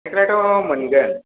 साइखेलाथ' मोनगोन